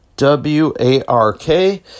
W-A-R-K